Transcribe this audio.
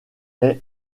est